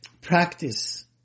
practice